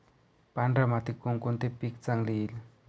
पांढऱ्या मातीत कोणकोणते पीक चांगले येईल?